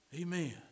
Amen